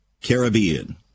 Caribbean